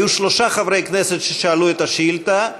היו שלושה חברי כנסת ששאלו את השאילתה.